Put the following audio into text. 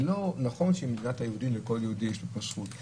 נכון שהיא מדינת היהודים ולכל יהודי יש פה זכות,